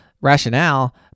rationale